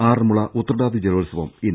ആറന്മുള ഉത്രട്ടാതി ജലോത്സവം ഇന്ന്